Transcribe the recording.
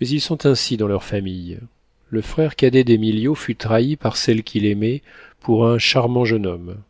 mais ils sont ainsi dans leur famille le frère cadet d'émilio fut trahi par celle qu'il aimait pour un charmant jeune homme